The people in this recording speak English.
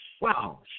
wow